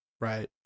right